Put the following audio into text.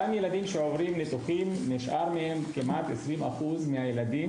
לגבי אותם ילדים שעוברים ניתוחים - כמעט 20% מהילדים